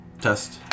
Test